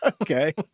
Okay